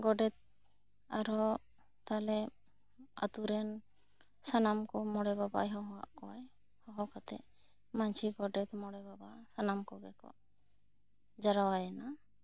ᱜᱚᱰᱮᱛ ᱟᱨᱦᱚᱸ ᱛᱟᱦᱞᱮ ᱟ ᱛᱩ ᱨᱮᱱ ᱥᱟᱱᱟᱢ ᱠᱚ ᱢᱚᱬᱮ ᱵᱟᱵᱟᱭ ᱦᱚᱦᱚᱣᱟᱜ ᱠᱚᱣᱟᱭ ᱦᱚᱦᱚ ᱠᱟᱛᱮ ᱢᱟᱺᱡᱷᱤ ᱜᱚᱰᱮᱛ ᱢᱚᱬᱮ ᱵᱟᱵᱟ ᱥᱟᱱᱟᱢ ᱠᱚᱜᱮ ᱠᱚ ᱡᱟᱨᱣᱟ ᱮᱱᱟ